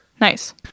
Nice